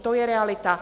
To je realita.